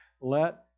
let